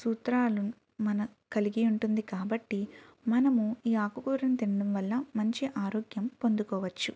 సూత్రాలను మన కలిగి ఉంటుంది కాబట్టి మనము ఈ ఆకుకూరను తినడం వలన మంచి ఆరోగ్యం పొందవచ్చు